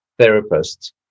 therapists